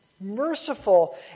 merciful